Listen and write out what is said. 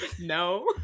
no